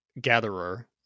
gatherer